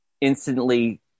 instantly